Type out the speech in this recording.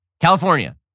California